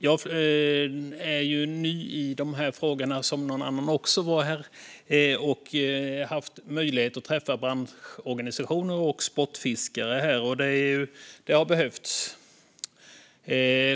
Jag är ju ny i de här frågorna, precis som någon annan också nämnde att den var, och har haft möjlighet att träffa branschorganisationer och sportfiskare. Det har behövts.